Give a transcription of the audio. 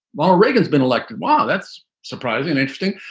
while reagan's been elected. wow, that's surprising and interesting.